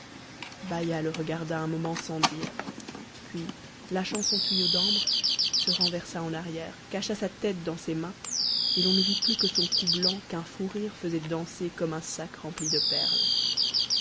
baïa le regarda un moment sans dire puis lâchant son tuyau d'ambre se renversa en arrière cacha sa tête dans ses mains et i'on ne vit plus que son cou blanc qu'un fou rire faisait danser comme un sac rempli de perles